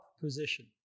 position